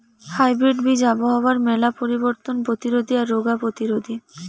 hybrid বীজ আবহাওয়ার মেলা পরিবর্তন প্রতিরোধী আর রোগ প্রতিরোধী